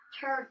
Turkey